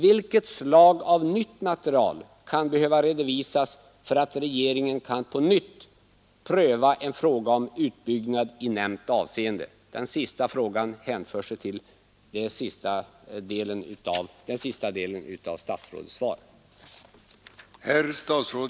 Vilket slag av nytt material kan behöva redovisas för att regeringen på nytt kan pröva en fråga om utbyggnad i nämnt avseende?